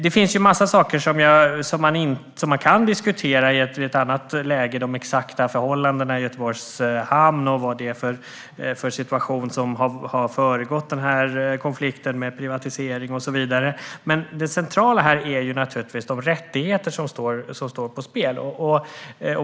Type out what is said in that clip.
Det finns en massa saker som man kan diskutera i ett annat läge, såsom de exakta förhållandena i Göteborgs hamn, vad det är för situation som har föregått den här konflikten med privatisering och så vidare. Men det centrala här är naturligtvis de rättigheter som står på spel.